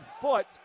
foot